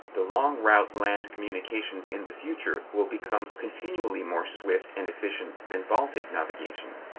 the long-route land communications in the future will become continually more swift and efficient than baltic navigation,